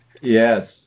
Yes